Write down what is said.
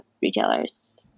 retailers